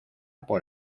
por